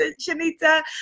Shanita